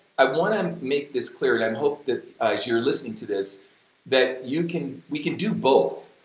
i wanna um make this clear and i um hope that as you're listening to this that you can, we can do both.